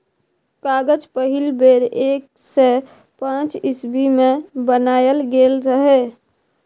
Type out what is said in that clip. कागज पहिल बेर एक सय पांच इस्बी मे बनाएल गेल रहय